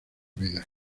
vidas